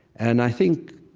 and i think,